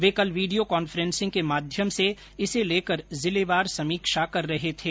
वे कल video conferencing के माध्यम से इसे लेकर जिलेवार समीक्षा कर रहे थे